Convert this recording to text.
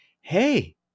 hey